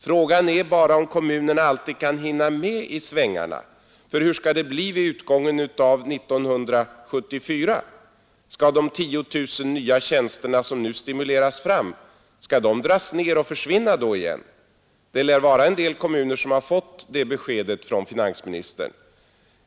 Frågan är om kommunerna alltid kan hinna med i svängarna, För hur skall det bli vid utgången av 1974? Skall de 10 000 nya tjänster som nu stimuleras fram då dras in igen? En del kom muner lär ha fått det beskedet från herr finansministern.